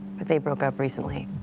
but they broke up recently.